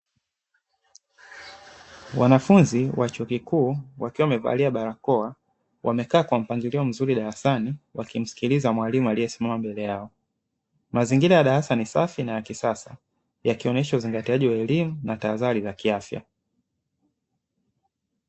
Wanafunzi wa chuo kikuu wakiwa wamevalia barakoa, wamekaa kwa mpangilio mzuri darasani, wakimskiliza mwalimu aliyesimama mbele yao. Mazingira ya darasani ni safi na ya kisasa, yakionesha uzingatiaji wa elimu na tahadhari za kiafya.